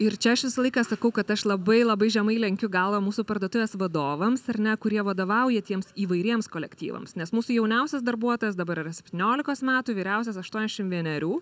ir čia aš visą laiką sakau kad aš labai labai žemai lenkiu galvą mūsų parduotuvės vadovams ar ne kurie vadovauja tiems įvairiems kolektyvams nes mūsų jauniausias darbuotojas dabar yra septyniolikos metų vyriausias aštuoniasdešim vienerių